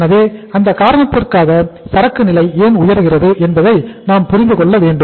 எனவே அந்த காரணத்திற்காக சரக்கு நிலை ஏன் உயர்கிறது என்பதை நாம் புரிந்து கொள்ள வேண்டும்